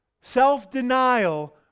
Self-denial